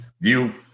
view